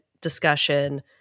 discussion